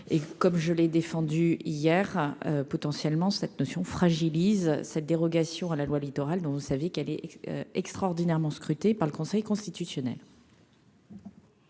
et comme je l'ai défendu hier a potentiellement cette notion fragilise cette dérogation à la loi littoral dont vous savez qu'elle est extraordinairement scrutés par le Conseil constitutionnel.